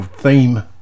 theme